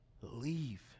Leave